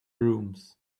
brooms